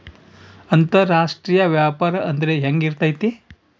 ಅಂತರಾಷ್ಟ್ರೇಯ ವ್ಯಾಪಾರ ಅಂದ್ರೆ ಹೆಂಗಿರ್ತೈತಿ?